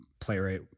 playwright